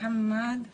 מוחמד סואעד,